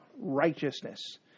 righteousness